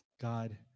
God